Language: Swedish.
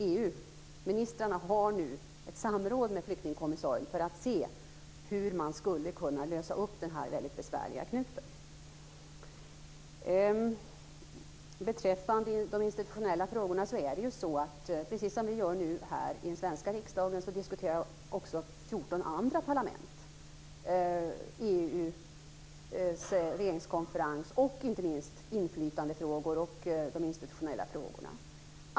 EU-ministrarna har nu ett samråd med flyktingkommissarien för att se hur man skall kunna lösa upp denna väldigt besvärliga knut. Precis som vi i den svenska riksdagen diskuterar 14 andra parlament nu EU:s regeringskonferens och inte minst inflytandefrågor och de institutionella frågorna.